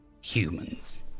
Humans